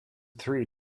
three